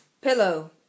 Pillow